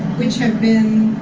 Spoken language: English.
which have been,